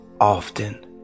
often